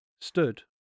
stood